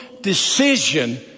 decision